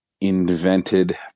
invented –